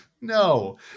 No